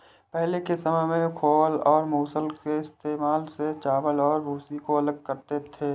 पहले के समय में ओखल और मूसल के इस्तेमाल से चावल और भूसी को अलग करते थे